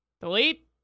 Delete